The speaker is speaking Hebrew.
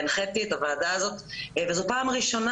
הנחיתי את הוועדה הזאת וזו פעם ראשונה